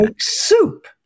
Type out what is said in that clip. soup